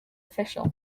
official